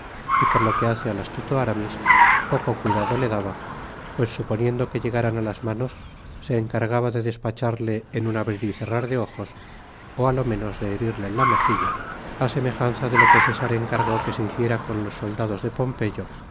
y por lo que hace al astuto aramis poco cuidado le daba pues suponiendo que llegaran á las manos se encargaba de despacharle en un abrir y cerrar los ojos ó á lo menos de herirle en la mejilla á semejanza de lo que césar encargó que se hiciera con los soldados de pompeyo para echar á